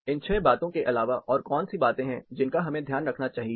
इन 6 बातों के अलावा और कौन सी बातें हैं जिनका हमें ध्यान रखना चाहिए